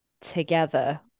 together